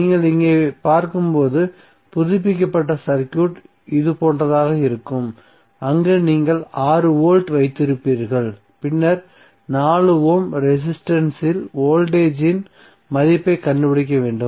நீங்கள் இங்கே பார்க்கும் புதுப்பிக்கப்பட்ட சர்க்யூட் இது போன்றதாக இருக்கும் அங்கு நீங்கள் 6 வோல்ட் வைத்திருப்பீர்கள் பின்னர் 4 ஓம் ரெசிஸ்டன்ஸ் இல் வோல்டேஜ்த்தின் மதிப்பைக் கண்டுபிடிக்க வேண்டும்